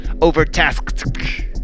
Overtasked